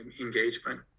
engagement